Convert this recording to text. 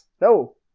No